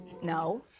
no